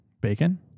Bacon